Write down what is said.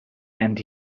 and